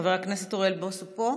חבר הכנסת אוריאל בוסו פה?